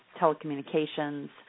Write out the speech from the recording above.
telecommunications